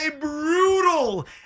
brutal